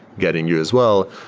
getting you as well.